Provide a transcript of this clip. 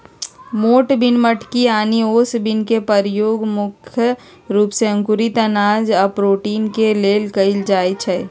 मोठ बिन मटकी आनि ओस बिन के परयोग मुख्य रूप से अंकुरित अनाज आ प्रोटीन के लेल कएल जाई छई